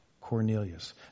Cornelius